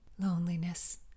loneliness